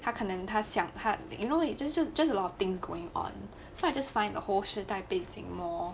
他可能他想他 you know you just just just a lot of thing going on so I just find the whole 时代背景 more